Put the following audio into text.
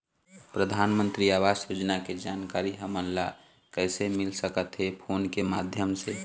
परधानमंतरी आवास योजना के जानकारी हमन ला कइसे मिल सकत हे, फोन के माध्यम से?